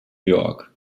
york